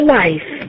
life